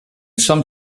some